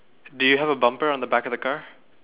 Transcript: do you have a bumper on the back of the car